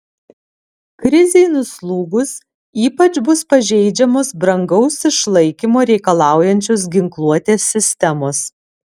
krizei nuslūgus ypač bus pažeidžiamos brangaus išlaikymo reikalaujančios ginkluotės sistemos